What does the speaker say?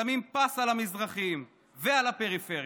שמים פס על המזרחים ועל הפריפריה.